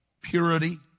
Purity